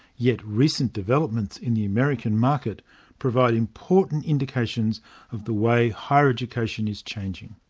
yet recent developments in the american market provide important indications of the way higher education is changing.